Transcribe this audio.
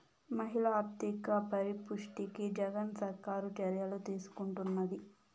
మహిళల ఆర్థిక పరిపుష్టికి జగన్ సర్కారు చర్యలు తీసుకుంటున్నది